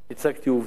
הצגתי עובדות,